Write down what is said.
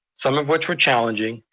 some of which were challenging,